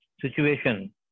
situation